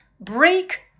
break